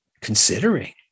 considering